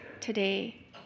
today